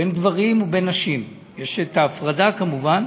בין גברים ובין נשים, יש הפרדה כמובן,